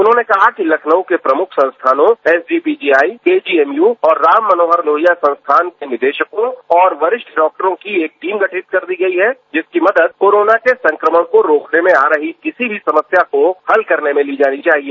उन्होंने कहा कि लखनऊ के प्रमुख संस्थानों एसजीपीजीआई केजीएमयू और राम मनोहर लोहिया संस्थान के निदेशकों और वरिष्ठ डॉक्टरों की एक टीम गठित कर दी गयी है जिसकी मदद कोरोना के संक्रमण को रोकने में आ रही किसी भी समस्या को हल करने में ली जानी चाहिए